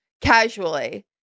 casually